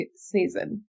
season